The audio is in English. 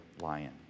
lion